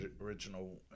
original